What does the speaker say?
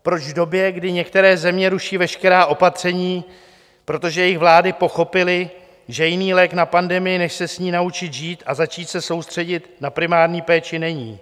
Proč v době, kdy některé země ruší veškerá opatření, protože jejich vlády pochopily, že jiný lék na pandemie než se s ní naučit žít a začít se soustředit na primární péči není.